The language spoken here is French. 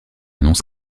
annonce